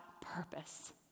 purpose